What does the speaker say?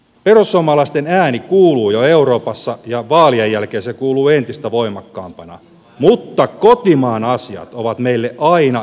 perussuomalaisten ääni kuuluu jo euroopassa ja vaalien jälkeen se kuuluu entistä voimakkaampana mutta kotimaan asiat ovat meille aina etusijalla